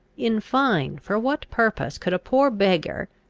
in fine, for what purpose could a poor beggar,